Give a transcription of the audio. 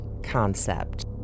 concept